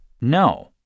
No